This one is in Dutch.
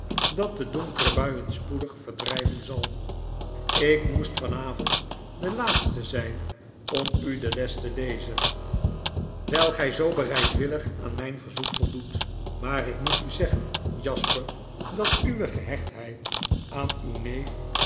dat de donkere buien spoedig verdrijven zal ik moest van avond de laatste zijn om u de les te lezen wijl gij zoo bereidwillig aan mijn verzoek voldoet maar ik moet u zeggen jasper dat uwe gehechtheid aan uw neef